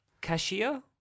Cashier